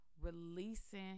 releasing